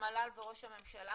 המל"ל וראש הממשלה